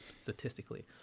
statistically